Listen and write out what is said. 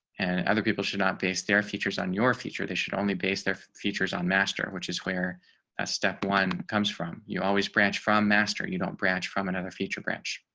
and other people should not base their features on your feature they should only base their features on master, which is where a step one comes from. you always branch from master. you don't branch from another feature branch.